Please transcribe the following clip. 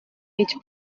mig